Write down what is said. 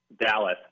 Dallas